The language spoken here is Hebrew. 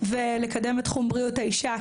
ולקדם את חומריות האישה,